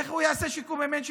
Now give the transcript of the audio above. איך הוא יעשה שיקום אם אין שיקום?